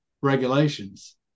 regulations